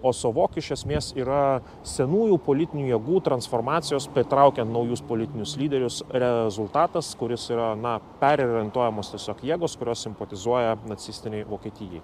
o sovok iš esmės yra senųjų politinių jėgų transformacijos pritraukiant naujus politinius lyderius rezultatas kuris yra na perorientuojamos tiesiog jėgos kurios simpatizuoja nacistinei vokietijai